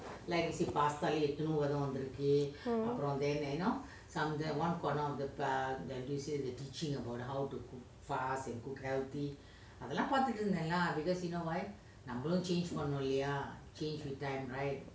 mm